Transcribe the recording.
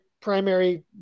primary